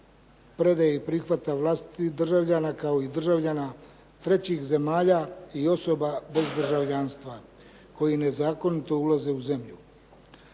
predaje i prihvata vlastitih državljana, kao i državljana trećih zemalja i osoba bez državljanstva koji nezakonito ulaze u zemlju.